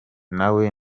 nawe